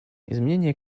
изменение